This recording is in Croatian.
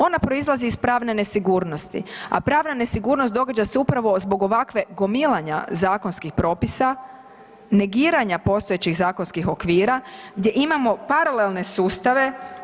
Ona proizlazi iz pravne nesigurnosti, a pravna nesigurnost događa se upravo zbog ovakvog gomilanja zakonskih propisa, negiranja postojećih zakonskih okvira gdje imamo paralelne sustave.